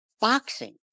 boxing